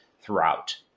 throughout